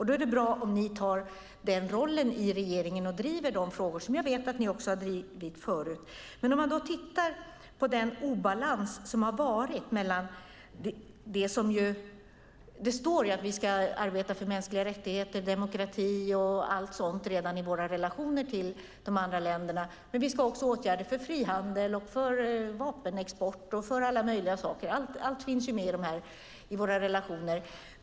Då är det bra om ni tar den rollen i regeringen och driver de frågor som jag vet att ni drivit också tidigare. Det har varit en obalans. Det står att vi ska arbeta för mänskliga rättigheter, demokrati och allt sådant redan i våra relationer till de andra länderna. Men vi ska också ha åtgärder för frihandel, vapenexport och alla möjliga saker. Allt finns med i våra relationer.